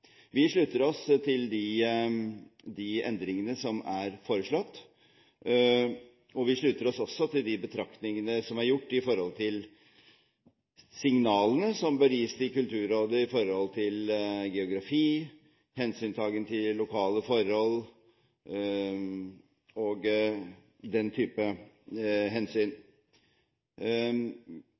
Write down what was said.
Vi slutter oss til de endringene som er foreslått, og vi slutter oss også til de betraktningene som er gjort i forhold til signalene som bør gis til Kulturrådet med tanke på geografi, hensyntagen til lokale forhold og den typen hensyn.